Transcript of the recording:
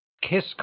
KISS